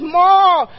more